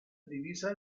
divisa